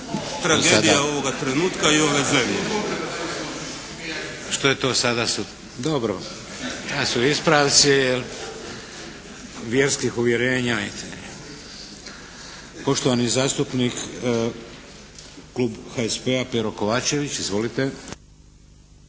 Tragedija ovoga trenutka i ove zemlje. **Šeks, Vladimir (HDZ)** Što je to sada? Dobro. Ispravci vjerskih uvjerenja. Poštovani zastupnik, klub HSP-a Pero Kovačević. Izvolite.